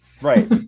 Right